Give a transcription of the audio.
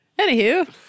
anywho